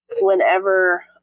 whenever